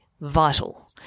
vital